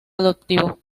adoptivo